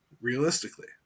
realistically